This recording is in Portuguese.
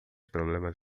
problemas